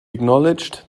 acknowledged